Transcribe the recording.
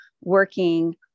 working